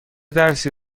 درسی